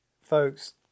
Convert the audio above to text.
Folks